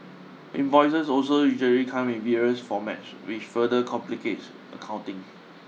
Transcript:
invoices also usually come in various formats which further complicates accounting